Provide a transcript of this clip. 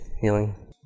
healing